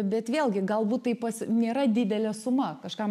bet vėlgi galbūt taip pas nėra didelė suma kažkam